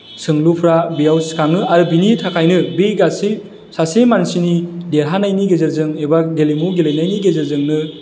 सोंलुफोरा बेयाव सिखाङो आरो बिनि थाखायनो बे गासै सासे मानसिनि देरहानायनि गेजेरजों एबा गेलेमु गेलेनायनि गेजेरजोंनो